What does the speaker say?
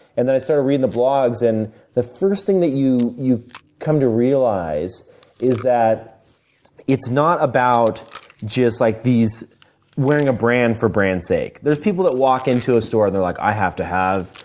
and then i started reading the blogs. and the first thing that you you come to realize is that it's not about just like these wearing a brand for brand's sake. there's people that walk into a store and they're like, i have to have,